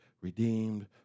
redeemed